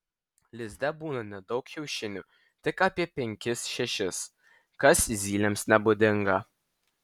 lizde būna nedaug kiaušinių tik apie penkis šešis kas zylėms nebūdinga